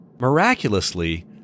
Miraculously